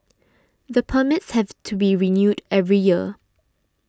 the permits have to be renewed every year